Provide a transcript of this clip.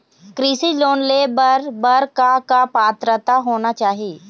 कृषि लोन ले बर बर का का पात्रता होना चाही?